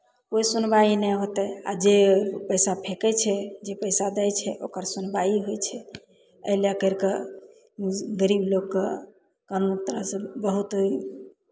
कोइ सुनवाइ नहि हेतै आ जे पैसा फेकै छै जे पैसा दै छै ओकर सुनवाइ होइ छै एहि लए करि कऽ गरीब लोकके कानून तरफसँ बहुत